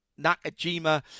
Nakajima